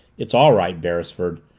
it's all right, beresford,